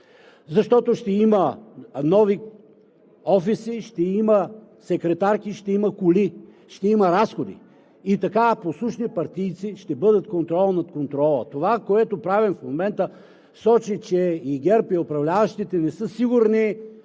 защото ще има нови офиси, ще има секретарки, ще има коли, ще има разходи. Така послушните партийци ще бъдат контрол на контрола. Това, което правим в момента, сочи, че и ГЕРБ, и управляващите не са сигурни